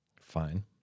Fine